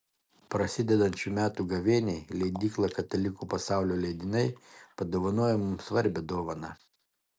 prasidedant šių metų gavėniai leidykla katalikų pasaulio leidiniai padovanojo mums svarbią dovaną